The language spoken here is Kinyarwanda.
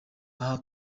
aha